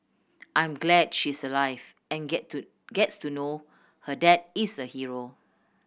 I'm glad she's alive and get to gets to know her dad is a hero